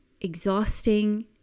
exhausting